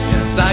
Yes